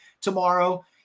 tomorrow